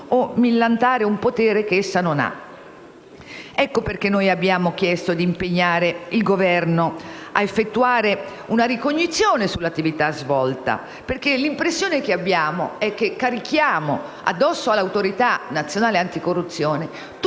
o millantare un potere che essa non ha. Ecco perché abbiamo chiesto di impegnare il Governo a effettuare una ricognizione sull'attività svolta. L'impressione che abbiamo è che carichiamo addosso all'Autorità nazionale anticorruzione